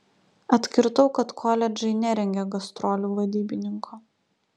atkirtau kad koledžai nerengia gastrolių vadybininko